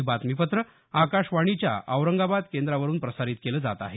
हे बातमीपत्र आकाशवाणीच्या औरंगाबाद केंद्रावरून प्रसारित केलं जात आहे